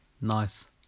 Nice